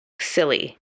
silly